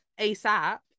ASAP